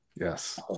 Yes